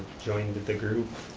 joined the group,